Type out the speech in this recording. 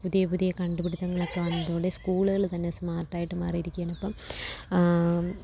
പുതിയ പുതിയ കണ്ടുപിടുത്തങ്ങളൊക്കെ വന്നതോടെ സ്ക്കൂളുകൾ തന്നെ സ്മാർട്ട് ആയിട്ട് മാറിയിരിക്കുകയാണിപ്പം